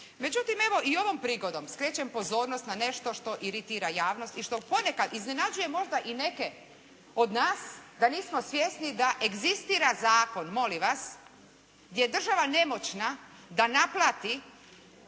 Međutim evo i ovom prigodom skrećem pozornost na nešto što iritira javnost i što ponekad iznenađuje možda i neke od nas da nismo svjesni da egzistira zakon, molim vas, gdje je država nemoćna da naplati